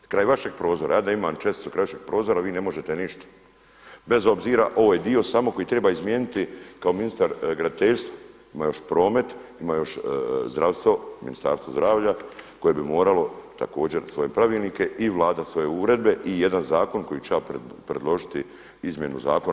Kraj vašeg prozora, ja da imam česticu kraj vašeg prozora vi ne možete ništa bez obzira, ovo je dio samo koji treba izmijeniti kao ministar graditeljstva, ima još promet, ima još zdravstvo, Ministarstvo zdravlja koje bi moralo također svoje pravilnike i Vlada svoje uredbe i jedan zakon koji ću ja predložiti izmjenu zakona.